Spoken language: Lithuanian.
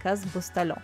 kas bus toliau